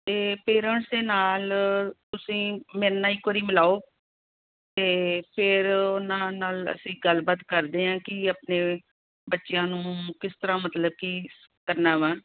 ਅਤੇ ਪੇਰੈਂਟਸ ਦੇ ਨਾਲ ਤੁਸੀਂ ਮੇਰੇ ਨਾਲ ਇੱਕ ਵਾਰੀ ਮਿਲਾਓ ਅਤੇ ਫਿਰ ਉਹਨਾਂ ਨਾਲ ਅਸੀਂ ਗੱਲਬਾਤ ਕਰਦੇ ਹਾਂ ਕਿ ਆਪਣੇ ਬੱਚਿਆਂ ਨੂੰ ਕਿਸ ਤਰ੍ਹਾਂ ਮਤਲਬ ਕਿ ਕਰਨਾ ਵਾ